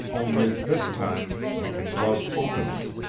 only, this time, we can love openly.